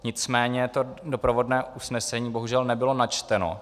Nicméně to doprovodné usnesení bohužel nebylo načteno.